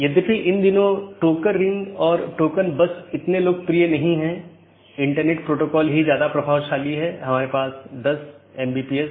संचार में BGP और IGP का role BGP border gateway protocol और IGP इंटरनेट गेटवे प्रोटोकॉल